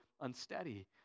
unsteady